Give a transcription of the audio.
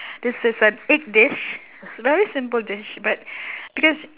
this is an egg dish it's very simple dish but because